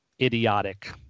idiotic